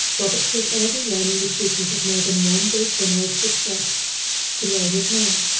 roberts was early learning the secret of more than one great general's success to know his men.